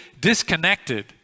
disconnected